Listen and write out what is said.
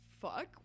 fuck